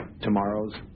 tomorrow's